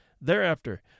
Thereafter